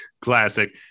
classic